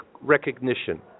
recognition